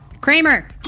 Kramer